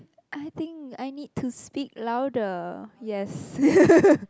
I think I need to speak louder yes